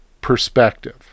perspective